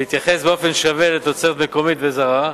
להתייחס באופן שווה לתוצרת מקומית וזרה,